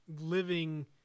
living